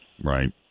right